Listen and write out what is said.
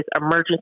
emergency